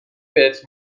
بهت